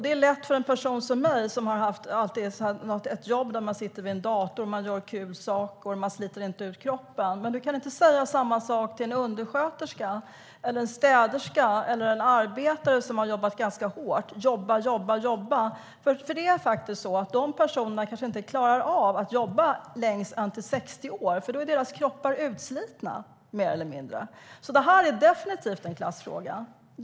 Det är lätt för en person som jag som har haft jobb där man sitter vid en dator, gör kul saker och inte sliter ut kroppen. Men du kan inte säga samma sak till en undersköterska, en städerska eller en arbetare som har jobbat ganska hårt, jobba, jobba och jobba. De personerna kanske inte klarar av att jobba längre än till 60 år, för då är deras kroppar mer eller mindre utslitna. Detta är definitivt en klassfråga.